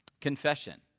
Confession